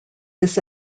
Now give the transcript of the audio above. this